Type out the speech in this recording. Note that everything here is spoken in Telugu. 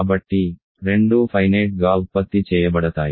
కాబట్టి రెండూ ఫైనేట్ గా ఉత్పత్తి చేయబడతాయి